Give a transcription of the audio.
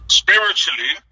spiritually